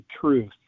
truth